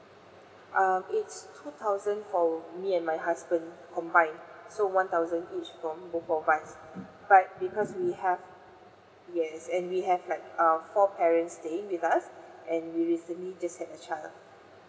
um it's two thousand for me and my husband combine so one thousand each from both of us but because we have yes and we have like err four parents staying with us and we recently just had a child